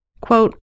Quote